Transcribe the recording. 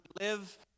live